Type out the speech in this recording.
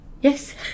Yes